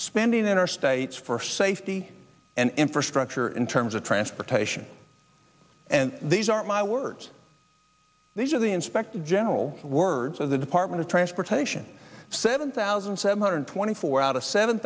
spending in our states for safety and infrastructure in terms of transportation and these are my words these are the inspector general words of the department of transportation seven thousand seven hundred twenty four out of seven